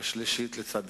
כל אדם